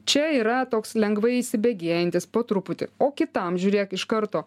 čia yra toks lengvai įsibėgėjantis po truputį o kitam žiūrėk iš karto